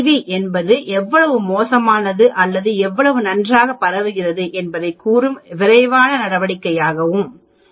we என்பது எவ்வளவு மோசமானது அல்லது எவ்வளவு நன்றாக பரவுகிறது என்பதைக் கூறும் விரைவான நடவடிக்கையாகும் தரவு